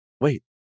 wait